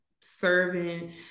serving